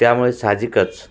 त्यामुळे साहजिकच